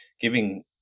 giving